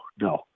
no